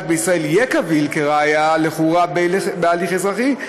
בישראל יהיה קביל כראיה לכאורה בהליך אזרחי,